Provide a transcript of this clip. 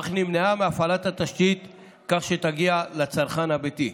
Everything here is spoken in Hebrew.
אך נמנעה מהפעלת התשתית כך שתגיע לצרכן הביתי.